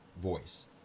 voice